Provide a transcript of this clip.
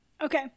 okay